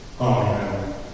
Amen